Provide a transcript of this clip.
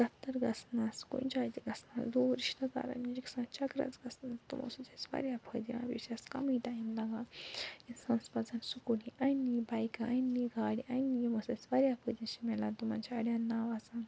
دفتر گژھنس کُنہٕ جاے تہِ گژھنس دوٗر رشتہٕ دارن نِش گَژھان چکرس گَژھان تِمو سۭتۍ چھِ اَسہِ وارِیاہ فٲیدٕ یِوان بیٚیہِ چھِ اَسہِ کَمٕے ٹایِم لگان اِنسانس پَزن سُکوٗٹی اَنٛنہِ یِم بایکہٕ انٛنہِ گاڑِ انٛنہِ یِم سۭتۍ اَسہِ وارِٕیاہ فٲیدٕ چھِ مِلان تِمن چھِ اَڑٮ۪ن ناو آسان